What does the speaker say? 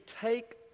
take